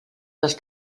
dels